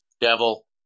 Devil